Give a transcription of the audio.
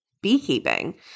beekeeping